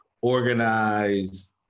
organize